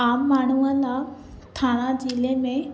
आम माण्हूअ लाइ थाणा ज़िले में